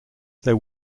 there